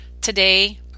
Today